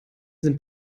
sind